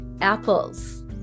apples